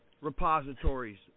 repositories